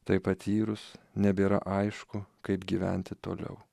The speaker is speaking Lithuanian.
tai patyrus nebėra aišku kaip gyventi toliau